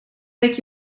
week